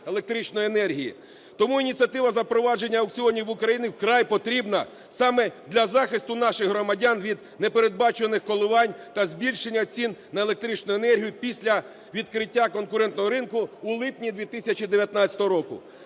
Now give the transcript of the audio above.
Тому ініціатива запровадження аукціонів в Україні вкрай потрібна саме для захисту наших громадян від непередбачуваних коливань та збільшення цін на електричну енергію після відкриття конкурентного ринку у липні 2019 року.